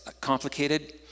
complicated